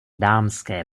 dámské